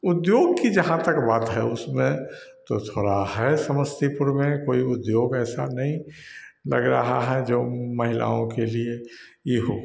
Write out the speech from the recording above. उद्योग कि जहाँ तक बात है उसमें तो थोड़ा है समस्तीपुर में कोई उद्योग ऐसा नहीं लग रहा है जो महिलाओं के लिए इ हो